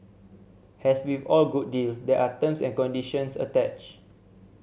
as with all good deals there are terms and conditions attached